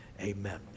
Amen